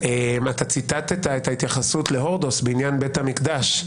אתה ציטטת את ההתייחסות להורדוס בעניין בית המקדש.